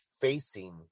facing